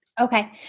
Okay